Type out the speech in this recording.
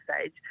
stage